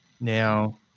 Now